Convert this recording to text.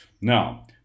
Now